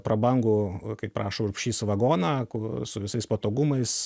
prabangų kaip rašo urbšys vagoną ku su visais patogumais